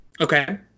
Okay